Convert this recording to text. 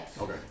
Okay